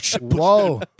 Whoa